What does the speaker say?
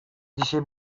dzisiaj